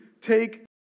take